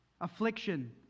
Affliction